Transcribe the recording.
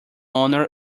honour